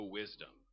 wisdom